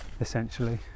essentially